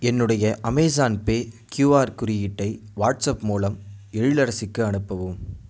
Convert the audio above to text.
என்னுடைய Amazon Pay QR குறியீட்டை WhatsApp மூலம் எழிலரசிக்கு அனுப்பவும்